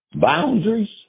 Boundaries